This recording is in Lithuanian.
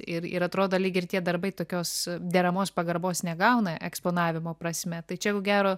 ir ir atrodo lyg ir tie darbai tokios deramos pagarbos negauna eksponavimo prasme tai čia ko gero